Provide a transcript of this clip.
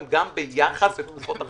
גם ביחס לתקופות אחרות.